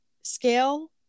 scale